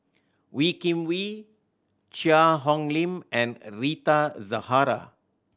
Wee Kim Wee Cheang Hong Lim and Rita Zahara